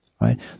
right